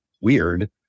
weird